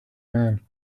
man